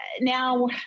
now